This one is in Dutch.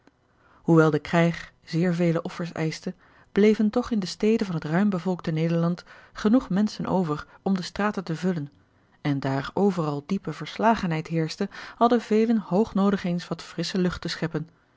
hoewel de krijg zeer vele offers eischte bleven toch in de steden van het ruim bevolkte nederland genoeg menschen over om de straten te vullen en daar overal diepe verslagenheid heerschte hadden velen hoog noodig eens wat frissche lucht te scheppen